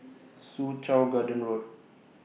Soo Chow Garden Road